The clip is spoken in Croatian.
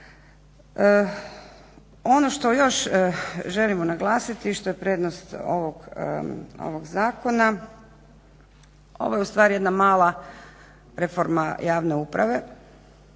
Ono što još želimo naglasiti, što je prednost ovog zakona, ovo je ustvari jedna mala reforma javne uprave,